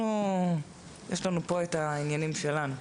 לנו יש פה העניינים שלנו.